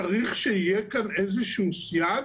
צריך שיהיה כאן איזשהו סייג